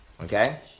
Okay